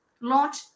launch